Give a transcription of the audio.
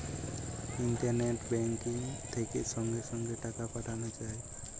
internet banking থেকে সঙ্গে সঙ্গে টাকা পাঠানো যায়